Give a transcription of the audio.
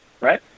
Right